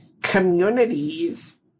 communities